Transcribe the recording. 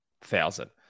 thousand